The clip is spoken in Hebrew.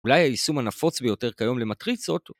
אולי היישום הנפוץ ביותר כיום למטריצות